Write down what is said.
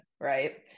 right